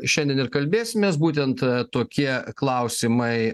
šiandien ir kalbėsimės būtent tokie klausimai